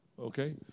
okay